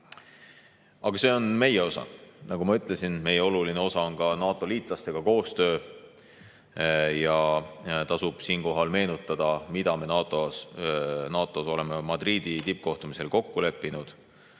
Aga see on meie osa. Nagu ma ütlesin, oluline osa on ka NATO-liitlastega koostöö. Ja tasub siinkohal meenutada, mida me NATO-s oleme Madridi tippkohtumisel kokku leppinud.